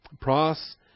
Pros